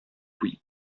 qui